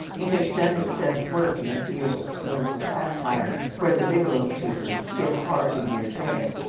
it has done its best work in the field of political satire, where the biglow papers hit hard in their day,